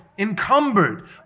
encumbered